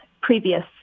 previous